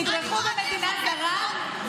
ידרכו במדינה זרה,